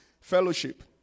Fellowship